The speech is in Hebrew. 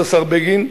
כבוד השר בגין,